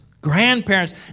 grandparents